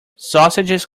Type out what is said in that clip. sausages